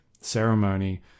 ceremony